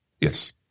Yes